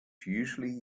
usually